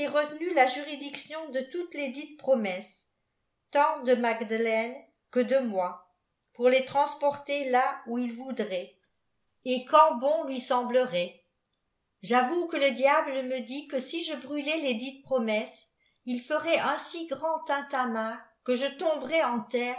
la juridiction de toutes lesdites promesses tant de magdelaine que de moi pour les transporter là où il voudrait et quand bon lui semblerait j'avoue que le diable me dit que si je brûlais lesdites promesses il ferait un si grand tintamarre que je tomberais en terre